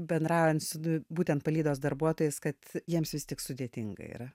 bendraujant su būtent palydos darbuotojais kad jiems vis tik sudėtinga yra